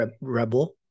rebel